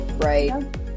Right